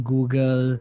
Google